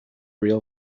real